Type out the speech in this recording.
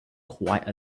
quite